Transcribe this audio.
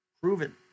Proven